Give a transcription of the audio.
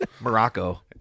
Morocco